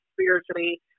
spiritually